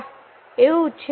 હા એવું છે